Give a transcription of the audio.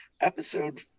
episode